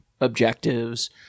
objectives